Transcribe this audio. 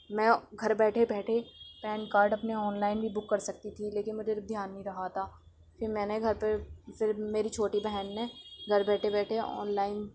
میں گھر بیٹھے بیٹھے پین کارڈ اپنے آن لائن بھی بک کر سکتی تھی لیکن مجھے جب دھیان نہیں رہا تھا پھر میں نے گھر پر پھر میری چھوٹی بہن نے گھر بیٹھے بیٹھے آن لائن